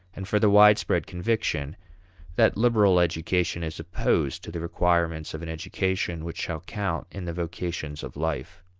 and for the widespread conviction that liberal education is opposed to the requirements of an education which shall count in the vocations of life.